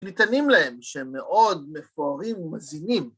‫שניתנים להם, שהם מאוד מפוארים ומזינים.